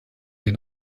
den